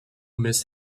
miss